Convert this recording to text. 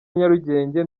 nyarugenge